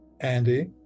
Andy